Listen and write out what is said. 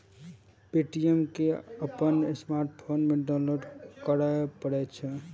Paytm कें अपन smartphone मे डाउनलोड करय पड़ै छै